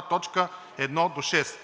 т. 1 – 6.“